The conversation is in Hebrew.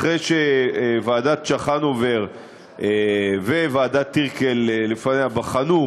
אחרי שוועדת צ'חנובר וועדת טירקל לפניה בחנו,